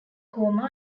coma